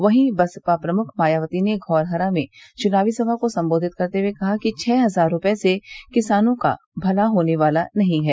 वहीं बसपा प्रमुख मायावती ने धौरहरा में च्नावी सभा को संबोधित करते हुए कहा कि छह हजार रूपये से किसानों का भला होने वाला नहीं है